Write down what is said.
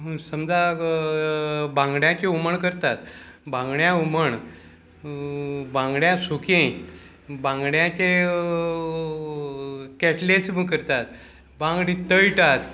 समजा बांगड्यांचे हुमण करतात बांगड्यां हुमण बांगड्या सुकें बांगड्याचे कॅटलेटस करतात बांगडे तळटात